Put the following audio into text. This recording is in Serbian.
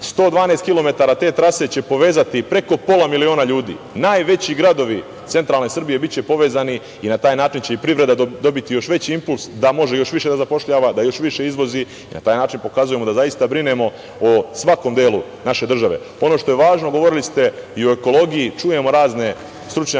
112 kilometara te trase će povezati preko pola miliona ljudi. Najveći gradovi centralne Srbije biće povezani i na taj način će i privreda dobiti još veći impuls da može još više da zapošljava, da još više izvozi. Na taj način pokazujemo da zaista brinemo o svakom delu naše države. Ono što je važno, govorili ste i o ekologiji, čujemo razne stručnjake